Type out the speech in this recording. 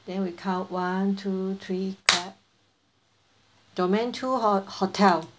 then we count one two three clap domain two ho~ hotel